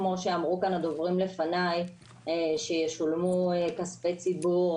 כמו שאמרו כאן הדוברים לפניי שישולמו כספי ציבור